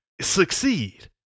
succeed